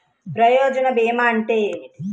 ప్రయోజన భీమా అంటే ఏమిటి?